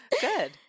Good